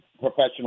professional